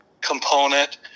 component